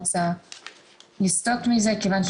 אני חוזר שוב זה לא שני דברים סותרים: אתר תעופה זה